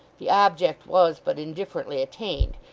the object was but indifferently attained,